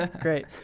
Great